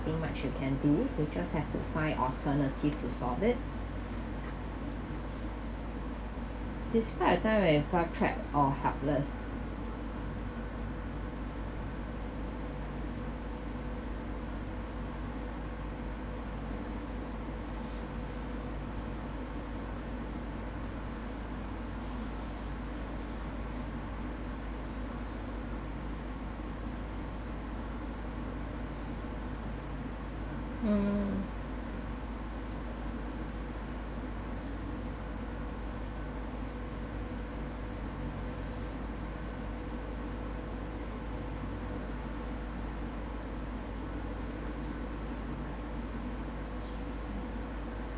nothing much you can do you just have to find alternative to solve it describe a time when you felt trapped or helpless mm